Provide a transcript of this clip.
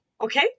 Okay